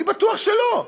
אני בטוח שלא.